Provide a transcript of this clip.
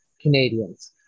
Canadians